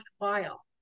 worthwhile